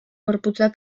gorputza